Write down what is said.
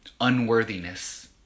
Unworthiness